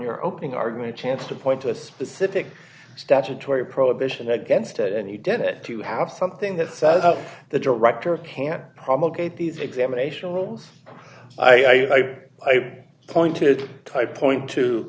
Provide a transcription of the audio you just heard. your opening argument chance to point to a specific statutory prohibition against it and he did it to have something that says the director can't promulgated these examination rules i pointed type point t